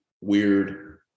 weird